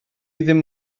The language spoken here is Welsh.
ddim